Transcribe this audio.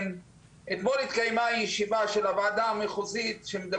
כמה תוכניות מפורטות יש לך שאתה יכול